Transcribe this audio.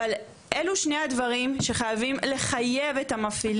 אבל אלו שני הדברים שחייבים לחייב את המפעילים.